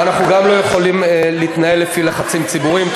ואנחנו גם לא יכולים להתנהל לפי לחצים ציבוריים.